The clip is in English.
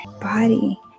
body